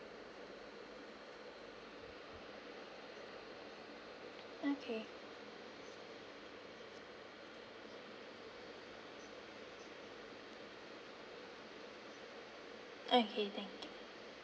okay okay thank you